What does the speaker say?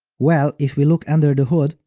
well, if we look under the hood,